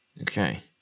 okay